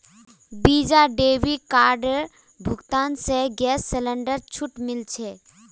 visa debit कार्डेर भुगतान स गैस सिलेंडरत छूट मिल छेक